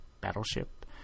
battleship